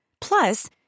Plus